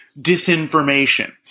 disinformation